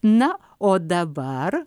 na o dabar